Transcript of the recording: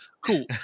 Cool